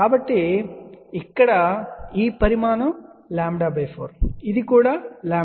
కాబట్టి ఇక్కడ ఈ పరిమాణం λ4 ఇది కూడా λ4